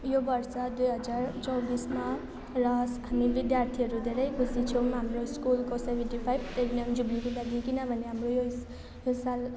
यो वर्ष दुई हजार चौबिसमा रस हामी विद्यार्थीहरू धेरै खुसी छौँ हाम्रो स्कुलको सेभेन्टी फाइभ प्लेटिनम जुब्लीको लागि किनभने हाम्रो यस यो साल